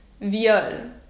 Viol